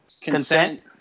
consent